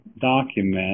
document